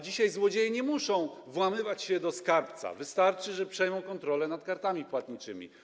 Dzisiaj złodzieje nie muszą włamywać się do skarbca, wystarczy że przejmą kontrolę nad kartami płatniczymi.